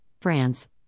France